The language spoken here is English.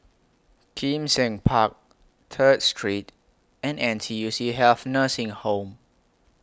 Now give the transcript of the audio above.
Kim Seng Park Third Street and N T U C Health Nursing Home